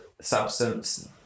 substance